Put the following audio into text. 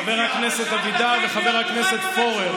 שאלת אותנו, חבר הכנסת אבידר וחבר הכנסת פורר,